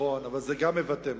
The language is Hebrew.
נכון, אבל זה גם מבטא משהו.